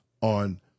on